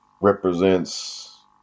represents